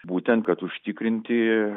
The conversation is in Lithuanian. būtent kad užtikrinti